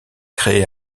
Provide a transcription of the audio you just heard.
créé